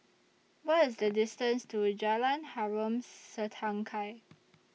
What IS The distance to Jalan Harom Setangkai